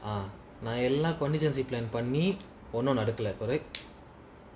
நான்எல்லா:nan ella contingency plan பண்ணி:panni correct